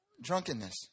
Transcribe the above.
Drunkenness